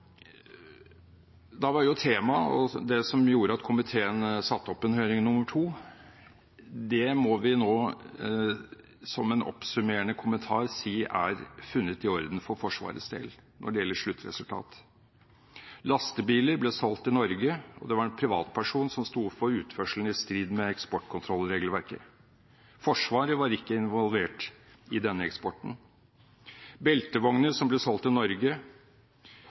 som var substansen i saken. Hva fikk vi så ut av høring nr. 2? Det som gjorde at komiteen satte opp en høring nr. 2, må vi nå – som en oppsummerende kommentar – si er funnet i orden for Forsvarets del når det gjelder sluttresultat. Lastebiler ble solgt i Norge, og det var en privatperson som sto for utførselen, i strid med eksportkontrollregelverket. Forsvaret var ikke involvert i denne eksporten. Når det gjelder beltevogner som